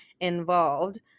involved